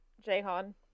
Jehan